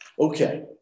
Okay